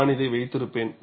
நான் இதை வைத்திருப்பேன்